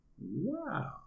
Wow